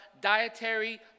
dietary